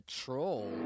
troll